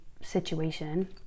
situation